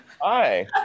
hi